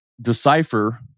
decipher